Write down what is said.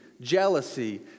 jealousy